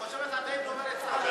היא חושבת שהיא עדיין דוברת צה"ל,